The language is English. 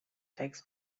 takes